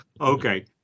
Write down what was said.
Okay